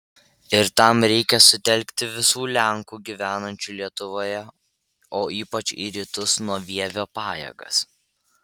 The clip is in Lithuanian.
ir tam reikia sutelkti visų lenkų gyvenančių lietuvoje o ypač į rytus nuo vievio pajėgas